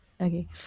Okay